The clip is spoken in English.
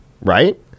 right